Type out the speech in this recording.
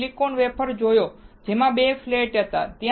આપણે silicon wafer જોયો છે જેમાં 2 ફ્લેટ હતા